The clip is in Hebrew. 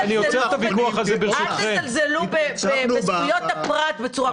התייצבנו --- אל תזלזלו בזכויות הפרט בצורה כזאת.